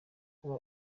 kuba